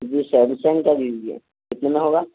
جی Samsung کا دیجیے کتنے میں ہوگا